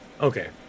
Okay